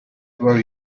were